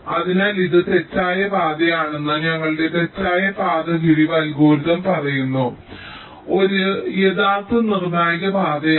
അതിനാൽ ഇത് തെറ്റായ പാതയാണെന്ന് ഞങ്ങളുടെ തെറ്റായ പാത കിഴിവ് അൽഗോരിതം പറയുന്നു അതിനാൽ ഇത് ഒരു യഥാർത്ഥ നിർണായക പാതയാണ്